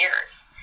years